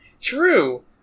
True